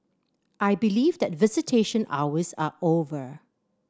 I believe that visitation hours are over